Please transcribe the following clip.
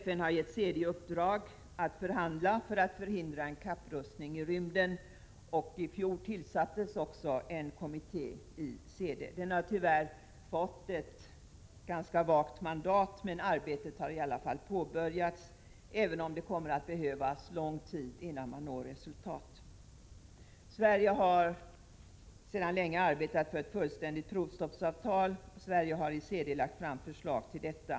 FN har gett CD i uppdrag att förhandla för att förhindra en kapprustning i rymden. I fjol tillsattes en kommitté i CD. Den har tyvärr fått ett ganska vagt mandat. Men arbetet har i alla fall påbörjats, även om det kommer att behövas lång tid, innan man når resultat. Sverige har sedan länge arbetat för ett fullständigt provstoppsavtal och har i CD lagt fram förslag om detta.